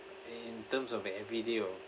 uh in terms of everyday or